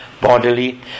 bodily